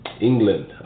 England